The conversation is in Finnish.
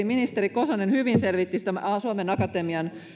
ministeri kosonen hyvin selvitti suomen akatemian